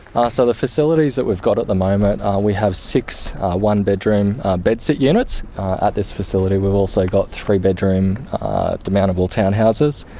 ah so the facilities that we've got at the moment, we have six one-bedroom bedsit units at this facility, and we've also got three-bedroom demountable townhouses,